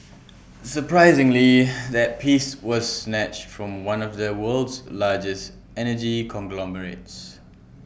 surprisingly that piece was snatched from one of the world's largest energy conglomerates